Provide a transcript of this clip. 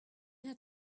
had